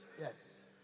Yes